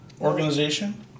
organization